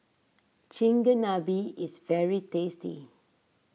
Chigenabe is very tasty